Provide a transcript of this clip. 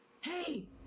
hey